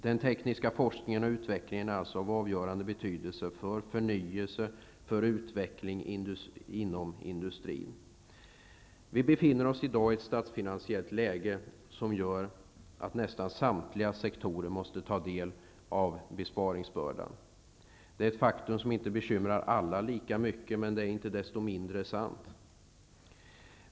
Den tekniska forskningen och utvecklingen är alltså av avgörande betydelse för förnyelse och utveckling inom industrin. Vi befinner oss i dag i ett statsfinansiellt läge som gör att nästan samtliga sektorer måste ta en del av besparingsbördan. Det är ett faktum som inte bekymrar alla lika mycket, men det är inte desto mindre sant.